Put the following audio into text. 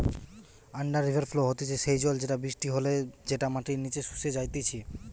under river flow হতিছে সেই জল যেটা বৃষ্টি হলে যেটা মাটির নিচে শুষে যাইতিছে